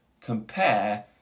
compare